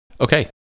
okay